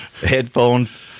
headphones